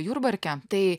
jurbarke tai